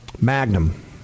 Magnum